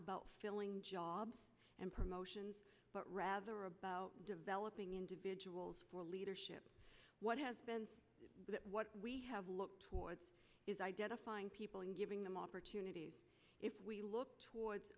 about filling jobs and promotions but rather about developing individuals for leadership what has been what we have looked towards is identifying people and giving them opportunity if we look towards